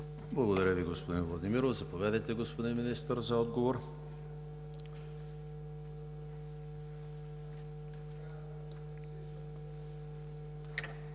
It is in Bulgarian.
Благодаря Ви, господин Владимиров. Заповядайте, господин Министър, за отговор.